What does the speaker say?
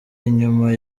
inyuma